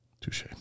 Touche